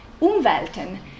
umwelten